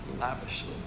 lavishly